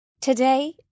Today